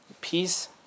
peace